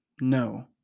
no